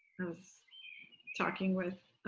i was talking with,